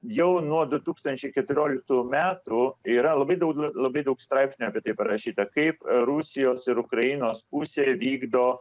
jau nuo du tūkstančiai keturioliktųjų metų yra labai daug labai daug straipsnių apie tai parašyta kaip rusijos ir ukrainos pusė vykdo